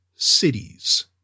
cities